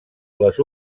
les